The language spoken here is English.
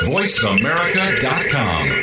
VoiceAmerica.com